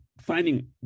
finding